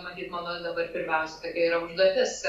matyt mano dabar pirmiausia tokia yra užduotis